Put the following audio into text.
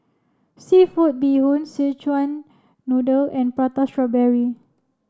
Seafood Bee Hoon Szechuan Noodle and prata strawberry